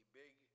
big